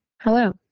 hello